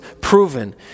proven